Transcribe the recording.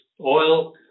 oil